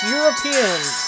Europeans